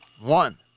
One